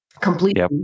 completely